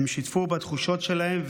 הם שיתפו בתחושות שלהם,